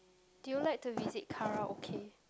do you like to visit Karaoke